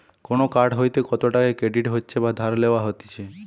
কোন কার্ড হইতে কত টাকা ক্রেডিট হচ্ছে বা ধার লেওয়া হতিছে